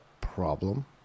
problem